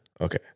Okay